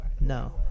No